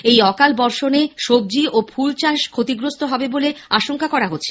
এই অকালবর্ষণে সবজি ও ফুলচাষ ক্ষতিগ্রস্ত হবে বলে আশঙ্কা করা হচ্ছে